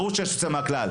ברור שיש יוצא מהכלל,